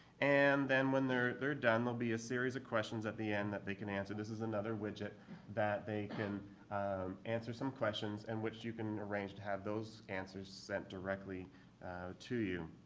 and then when they're they're done, there'll be a series of questions at the end that they can answer. this is another widget that they can answer some questions and which you can arrange to have those answers sent directly to you